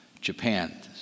japan